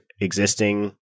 existing